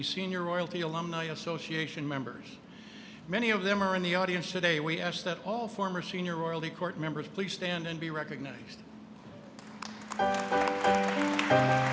the senior royalty alumni association members many of them are in the audience today we ask that all former senior royalty court members please stand and be recognized